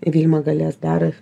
vilma galės dar